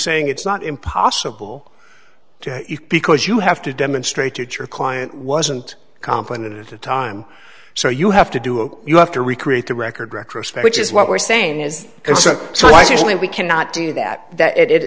saying it's not impossible to you because you have to demonstrate that your client wasn't competent at the time so you have to do it you have to recreate the record retrospect which is what we're saying is so so i actually we cannot do that that it